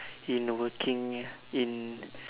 in working in